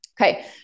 Okay